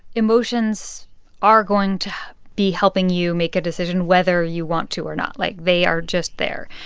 emotions are going to be helping you make a decision whether you want to or not, like, they are just there,